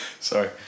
Sorry